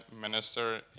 minister